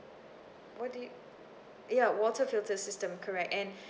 what do you ya water filter system correct and